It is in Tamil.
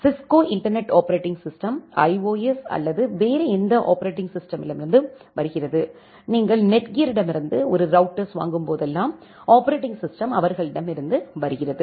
Cisco internet operating system IOS அல்லது வேறு எந்த ஆப்பரேட்டிங் சிஸ்டமிலிருந்து வருகிறது நீங்கள் நெட்கியரிடமிருந்து ஒரு ரௌட்டர்ஸ் வாங்கும் போதெல்லாம்ஆப்பரேட்டிங் சிஸ்டம் அவர்களிடமிருந்து வருகிறது